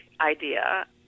idea